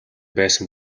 байсан